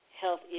health